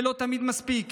לא תמיד מספיק,